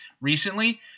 recently